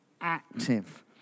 active